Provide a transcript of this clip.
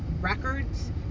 records